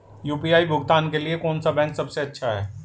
UPI भुगतान के लिए कौन सा बैंक सबसे अच्छा है?